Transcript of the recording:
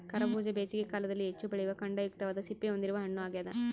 ಕರಬೂಜ ಬೇಸಿಗೆ ಕಾಲದಲ್ಲಿ ಹೆಚ್ಚು ಬೆಳೆಯುವ ಖಂಡಯುಕ್ತವಾದ ಸಿಪ್ಪೆ ಹೊಂದಿರುವ ಹಣ್ಣು ಆಗ್ಯದ